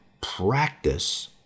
practice